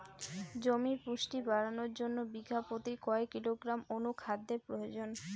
জমির পুষ্টি বাড়ানোর জন্য বিঘা প্রতি কয় কিলোগ্রাম অণু খাদ্যের প্রয়োজন?